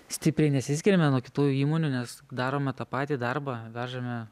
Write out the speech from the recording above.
stipriai nesiskiriame nuo kitų įmonių nes darome tą patį darbą vežame